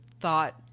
thought